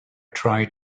try